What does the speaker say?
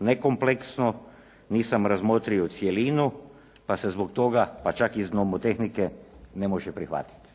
nekompleksno, nisam razmotrio cjelinu pa se zbog toga pa čak iz nomotehnike ne može prihvatiti.